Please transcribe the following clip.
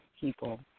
People